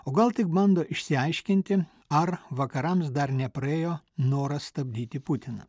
o gal tik bando išsiaiškinti ar vakarams dar nepraėjo noras stabdyti putiną